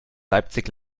leipzig